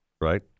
right